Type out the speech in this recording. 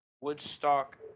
Woodstock